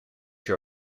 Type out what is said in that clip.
you